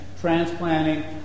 transplanting